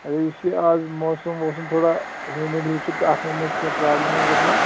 اچھا یُس یہِ آز موسَم ووسَم تھوڑا ہِیوٗمِڈ ہِیوٗ چھُ تہٕ اَتھ منٛز ما چھ کینٛہہ پرابلِم حظ گَژھان حظ